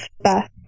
Beth